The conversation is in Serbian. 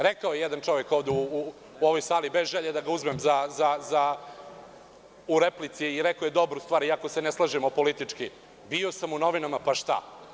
Rekao je ovde jedan čovek u ovoj sali, bez želje da ga uzmem u replici i rekao je dobru star, iako se ne slažemo politički – bio sam u novinama pa šta.